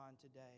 today